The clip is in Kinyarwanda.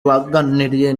waganiriye